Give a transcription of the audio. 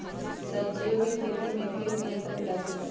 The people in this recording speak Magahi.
सब्जियों की खेती में कीट नियंत्रण कैसे करें?